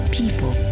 people